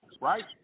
right